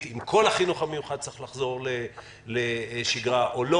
אם כל החינוך המיוחד צריך לחזור לשגרה או לא.